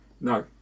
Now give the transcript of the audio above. No